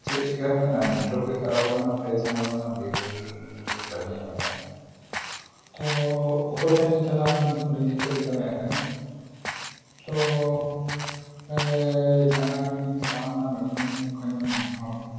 ᱪᱮᱫ ᱪᱮᱠᱟ ᱟᱠᱟᱱᱟ ᱜᱮ ᱠᱷᱟᱨᱟᱯ ᱟᱠᱟᱱᱟ ᱯᱮ ᱪᱟᱸᱫᱚ ᱨᱮᱱᱟᱜ ᱵᱟᱹᱞᱤᱧ ᱮᱢ ᱟᱠᱟᱫᱼᱟ ᱛᱳ ᱚᱠᱚᱭ ᱴᱷᱮᱱ ᱞᱤᱧ ᱪᱟᱞᱟᱜᱼᱟ ᱟᱹᱞᱤᱧ ᱦᱚᱸ ᱵᱟᱹᱞᱤᱧ ᱴᱷᱤᱠᱟᱹ ᱴᱷᱤᱠ ᱫᱟᱲᱮᱭᱟᱜ ᱠᱟᱱᱟ ᱛᱳ ᱚᱸᱰᱮ ᱪᱟᱸᱜᱟ ᱴᱷᱮᱱᱞᱤᱧ ᱪᱟᱞᱟᱣ ᱞᱮᱱᱟ ᱵᱟᱹᱞᱤᱧ ᱧᱟᱢ ᱞᱮᱫ ᱠᱚᱣᱟ ᱧᱟᱢ ᱢᱟ ᱦᱚᱲᱠᱚ ᱢᱟ